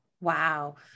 Wow